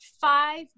five